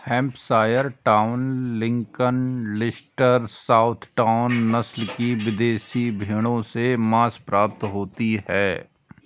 Hampshire town, Lincoln, Leicester, south town, नस्ल की विदेशी भेंड़ों से माँस प्राप्ति होती है